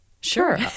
Sure